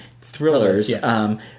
thrillers